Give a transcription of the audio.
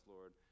Lord